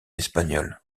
espagnol